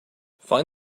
find